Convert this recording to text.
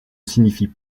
signifie